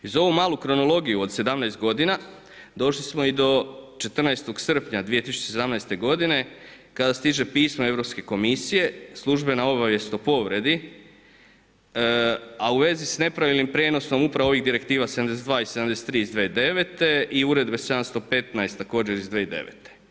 Uz ovu malu kronologiju od 17 godina došli smo i do 14. srpnja 2017. g. kada stiže pismo Europske komisije službena obavijest o povredi, a u vezi sa nepravilnim prijenosom upravo ovih Direktiva 72. i 73. iz 2009. i Uredbe 715 također iz 2009.